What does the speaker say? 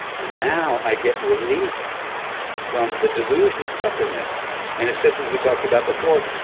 and now i get released from the delusion of separateness and it's just as we talked about before.